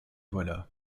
voilà